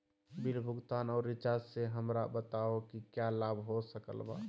Bill भुगतान और recharge से हमरा बताओ कि क्या लाभ हो सकल बा?